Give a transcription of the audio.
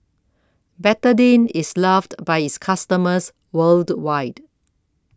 Betadine IS loved By its customers worldwide